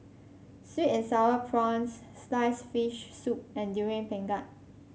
sweet and sour prawns slice fish soup and Durian Pengat